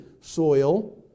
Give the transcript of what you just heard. soil